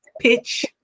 Pitch